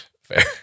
Fair